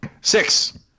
Six